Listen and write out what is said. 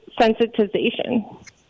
sensitization